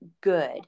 good